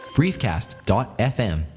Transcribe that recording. briefcast.fm